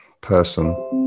person